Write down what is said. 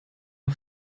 amb